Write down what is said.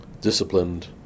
disciplined